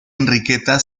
enriqueta